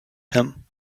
him